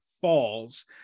falls